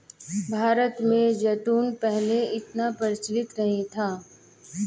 भारत में जैतून पहले इतना प्रचलित नहीं था